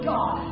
God